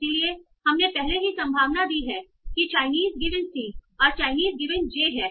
इसलिए हमने पहले ही संभावना दी है कि चाइनीस गिवेन c और चाइनीस गिवेन j है